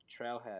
trailhead